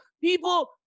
People